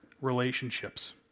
relationships